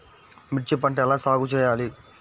మిర్చి పంట ఎలా సాగు చేయాలి?